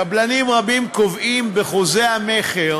קבלנים רבים קובעים בחוזי המכר